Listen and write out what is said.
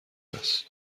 است